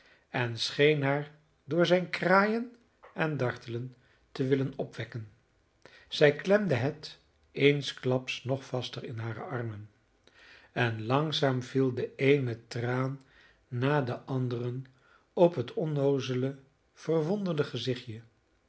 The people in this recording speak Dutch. en scheen haar door zijn kraaien en dartelen te willen opwekken zij klemde het eensklaps nog vaster in hare armen en langzaam viel de eene traan na den anderen op het onnoozele verwonderde gezichtje